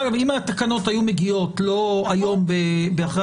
כי אם התקנות היו מגיעות לא היום אחרי